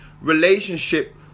relationship